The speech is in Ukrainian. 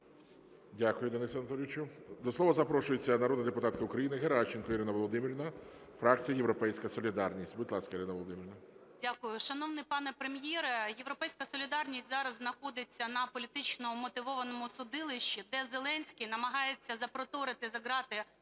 Дякую, Денисе Анатолійовичу. До слова запрошується народна депутатка України Геращенко Ірина Володимирівна, фракція "Європейська солідарність". Будь ласка, Ірина Володимирівна. 11:05:35 ГЕРАЩЕНКО І.В. Дякую. Шановний пане Прем'єре, "Європейська солідарність" зараз знаходиться на політично вмотивованому судилищі, де Зеленський намагається запроторити за ґрати